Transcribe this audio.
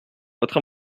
votre